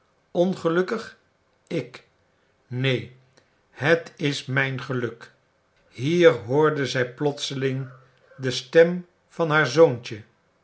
niet ongelukkig ik neen het is mijn geluk hier hoorde zij plotseling de stem van haar zoontje